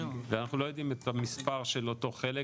ואנחנו לא יודעים את המספר של אותו חלק,